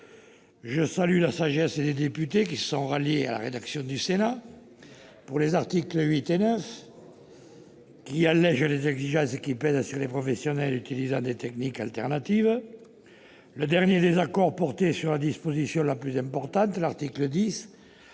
Je salue la sagesse des députés. Ils se sont ralliés à la rédaction du Sénat pour les articles 8 et 9, qui allègent les exigences pesant sur les professionnels utilisant des techniques alternatives. Le dernier désaccord portait sur la disposition la plus importante, l'article 10,